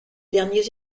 derniers